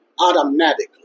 automatically